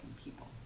people